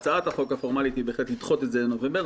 הצעת החוק הפורמלית היא בהחלט לדחות את זה לנובמבר.